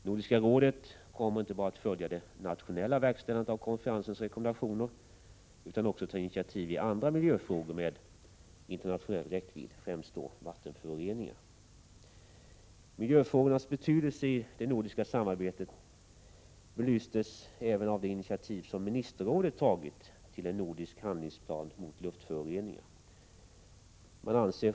Nordiska rådet kommer inte bara att följa det nationella verkställandet av Konferensens rekommendationer utan också att ta initiativ i andra miljöfrågor med internationell räckvidd, främst då sådana som gäller vattenföroreningar. Miljöfrågornas betydelse i det nordiska samarbetet belyses även av de initiativ som ministerrådet tagit till en nordisk handlingsplan mot luftföroreningar.